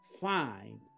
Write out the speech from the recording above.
find